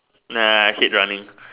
nah I hate running